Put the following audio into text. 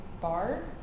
bar